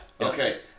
Okay